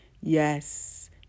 Yes